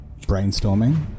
Brainstorming